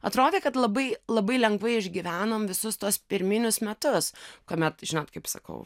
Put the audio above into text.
atrodė kad labai labai lengvai išgyvenom visus tuos pirminius metus kuomet žinot kaip sakau